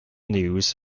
news